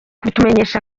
kubitumenyesha